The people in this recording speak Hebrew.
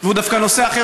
לא מקבלים אותם.